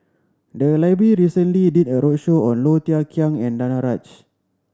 the library recently did a roadshow on Low Thia Khiang and Danaraj